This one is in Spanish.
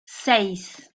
seis